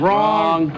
Wrong